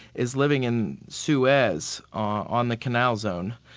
is living in suez on the canal zone,